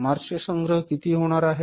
मार्च संग्रह किती होणार आहे